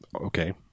Okay